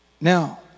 Now